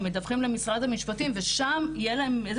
הם מדווחים למשרד המשפטים ושם יהיה להם איזה